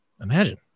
imagine